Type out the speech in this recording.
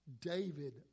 David